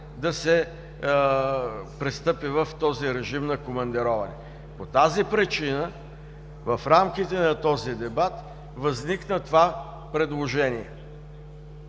да се пристъпи в този режим на командироване. По тази причина в рамките на този дебат възникна това предложение.